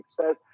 says